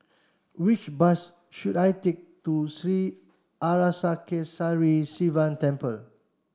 which bus should I take to Sri Arasakesari Sivan Temple